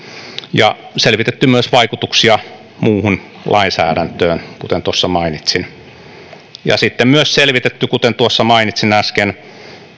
ja selvitetty myös vaikutuksia muuhun lainsäädäntöön kuten tuossa mainitsin sitten on myös selvitetty kuten tuossa mainitsin äsken